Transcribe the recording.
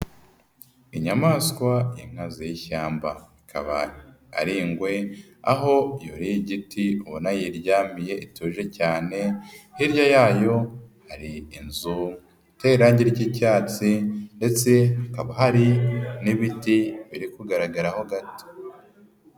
Inyamaswa y'inkazi y'ishyamba ikaba ari ingwe aho yuriye igiti uboana yiryamiye ituje cyane, hirya yayo hari inzu iteye irangi ry'icyatsi ndetse hakaba hari n'ibiti biri kugaragaraho gato.